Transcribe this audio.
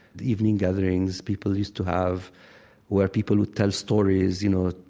evening gatherings people used to have where people would tell stories, you know,